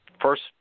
first